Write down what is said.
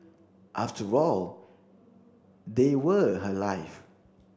after all they were her life